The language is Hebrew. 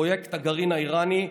פרויקט הגרעין האיראני,